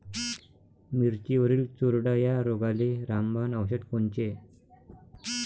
मिरचीवरील चुरडा या रोगाले रामबाण औषध कोनचे?